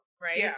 right